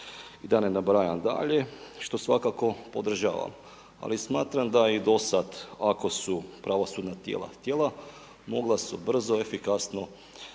i da ne nabrajam dalje, što svakako podržavam. Ali smatram da je i do sada ako su pravosudna tijela htjela mogla su brzo, efikasno